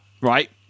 right